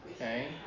Okay